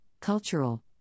cultural